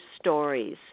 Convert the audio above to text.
stories